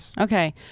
Okay